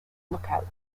lookout